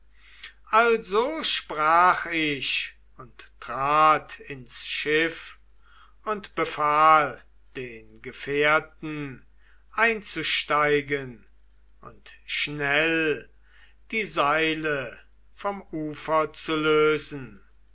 also sprach ich und trat ins schiff und befahl den gefährten einzusteigen und schnell die seile vom ufer zu lösen